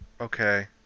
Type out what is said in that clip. Okay